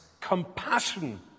compassion